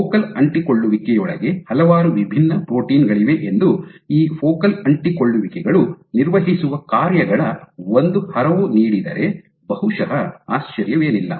focal ಅಂಟಿಕೊಳ್ಳುವಿಕೆಯೊಳಗೆ ಹಲವಾರು ವಿಭಿನ್ನ ಪ್ರೋಟೀನ್ ಗಳಿವೆ ಎಂದು ಈ ಫೋಕಲ್ ಅಂಟಿಕೊಳ್ಳುವಿಕೆಗಳು ನಿರ್ವಹಿಸುವ ಕಾರ್ಯಗಳ ಒಂದು ಹರವು ನೀಡಿದರೆ ಬಹುಶಃ ಆಶ್ಚರ್ಯವೇನಿಲ್ಲ